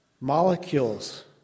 Molecules